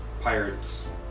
pirates